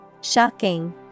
Shocking